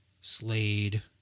Slade